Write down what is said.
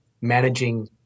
managing